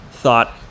thought